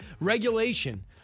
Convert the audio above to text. regulation